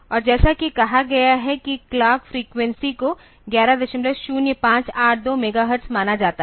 और जैसा कि कहा गया है कि क्लॉक फ्रीक्वेंसी को 110582 मेगाहर्ट्ज़ माना जाता है